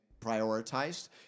prioritized